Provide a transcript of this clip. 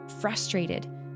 frustrated